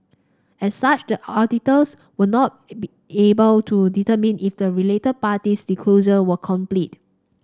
as such the auditors were not able to determine if the related party disclosure were complete